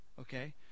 Okay